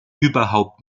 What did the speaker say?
überhaupt